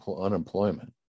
unemployment